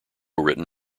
written